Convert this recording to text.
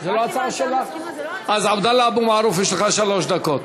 רק אם, אז עבדאללה אבו מערוף, יש לך שלוש דקות.